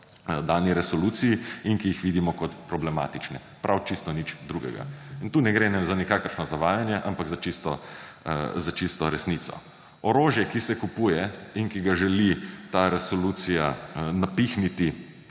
dani resoluciji in ki jih vidimo kot problematične. Prav čisto nič drugega. Tu ne gre za nikakršno zavajanje, ampak za čisto resnico. Orožje, ki se kupuje in ki ga želi ta resolucija napihniti